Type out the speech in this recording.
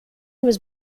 was